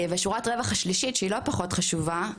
ושורת רווח השלישית שהיא לא פחות חשובה,